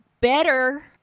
better